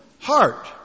heart